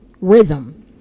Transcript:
rhythm